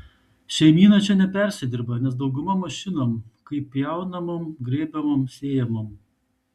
šeimyna čia nepersidirba nes dauguma mašinom kaip pjaunamom grėbiamom sėjamom